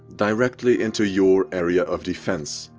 directly into your area of defense.